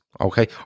okay